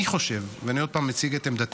שאני חושב, ואני עוד פעם מציג את עמדתי,